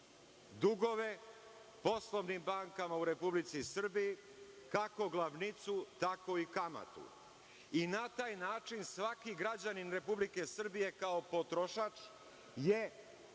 dugove poslovnim bankama u Republici Srbiji, kako glavnicu tako i kamatu, i na taj način svaki građanin Republike Srbije kao potrošač, je